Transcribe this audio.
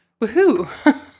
woohoo